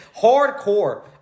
Hardcore